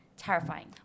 terrifying